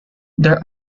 there